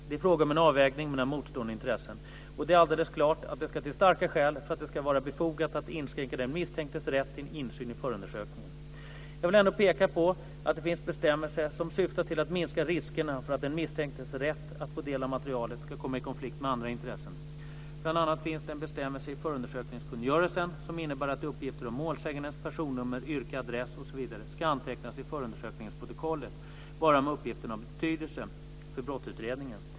Det är fråga om en avvägning mellan motstående intressen, och det är alldeles klart att det ska till starka skäl för att det ska vara befogat att inskränka den misstänktes rätt till insyn i förundersökningen. Jag vill ändå peka på att det finns bestämmelser som syftar till att minska riskerna för att den misstänktes rätt att få del av materialet ska komma i konflikt med andra intressen. Bl.a. finns det en bestämmelse i förundersökningskungörelsen som innebär att uppgifter om målsägandens personnummer, yrke, adress osv. ska antecknas i förundersökningsprotokollet bara om uppgiften har betydelse för brottsutredningen.